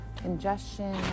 congestion